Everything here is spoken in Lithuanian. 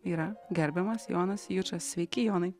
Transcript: yra gerbiamas jonas jučas sveiki jonai